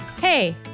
Hey